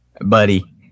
Buddy